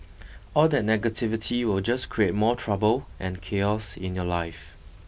all that negativity will just create more trouble and chaos in your life